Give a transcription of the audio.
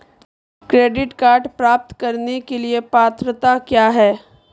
Credit card प्राप्त करने की पात्रता क्या है?